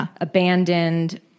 abandoned